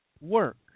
work